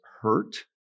hurt